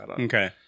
Okay